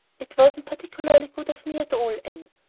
it wasn't particularly good of me at all, anne.